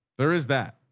there is that.